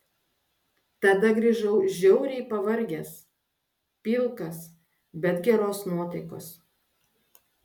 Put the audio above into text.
tada grįžau žiauriai pavargęs pilkas bet geros nuotaikos